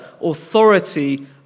authority